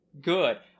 good